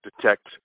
detect